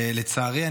לצערי,